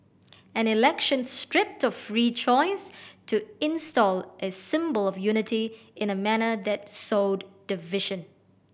an election stripped of free choice to install a symbol of unity in a manner that sowed division